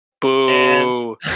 Boo